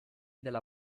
della